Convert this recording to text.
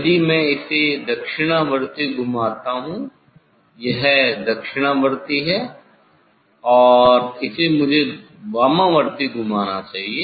यदि में इसे दक्षिणवर्ती घुमाता हूँ यह दक्षिणवर्ती है और इसे मुझे वामावर्ती घुमाना चाहिए